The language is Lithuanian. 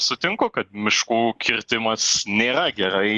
sutinku kad miškų kirtimas nėra gerai